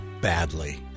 badly